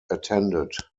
attended